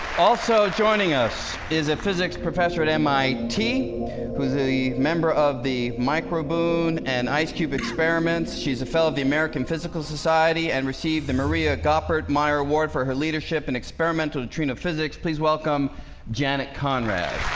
also joining us is a physics professor at mit was the member of the micro boone and ice cube experiments? she's a fellow of the american physical society and received the maria coffered my reward for her leadership and experimental neutrino physics please welcome janet conrad